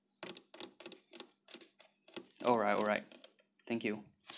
alright alright thank you